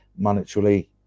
monetarily